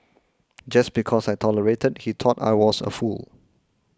just because I tolerated he thought I was a fool